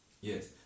yes